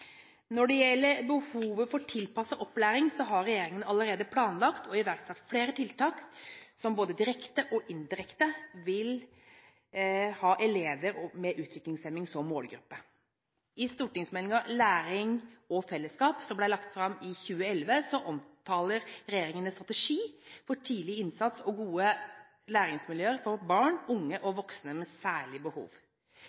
Når det gjelder behovet for tilpasset opplæring, har regjeringen allerede planlagt og iverksatt flere tiltak som både direkte og indirekte vil ha elever med utviklingshemning som målgruppe. I Meld.St. 18 for 2010–2011, Læring og fellesskap, som ble lagt fram i 2011, omtaler regjeringen en strategi for tidlig innsats og gode læringsmiljøer for barn, unge og